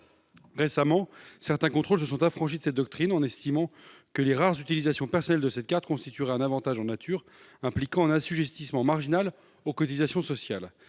Récemment, certains contrôles se sont affranchis de cette doctrine en estimant que les rares utilisations personnelles de cette carte constitueraient un avantage en nature impliquant un assujettissement marginal aux cotisations sociales.